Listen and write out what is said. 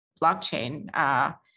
blockchain